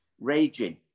Raging